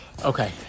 Okay